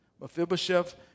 Mephibosheth